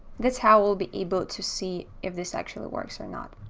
that's how we'll be able to see if this actually works or not.